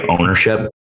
ownership